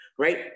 Right